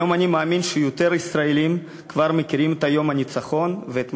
היום אני מאמין שיותר ישראלים כבר מכירים את יום הניצחון ואת משמעותו.